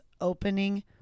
opening